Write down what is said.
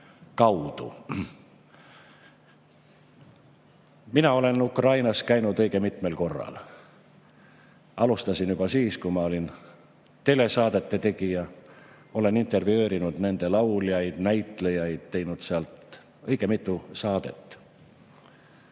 kaudu. Mina olen Ukrainas käinud õige mitmel korral. Alustasin juba siis, kui ma olin telesaadete tegija. Olen intervjueerinud nende lauljaid, näitlejaid, teinud sealt õige mitu saadet.